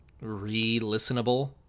re-listenable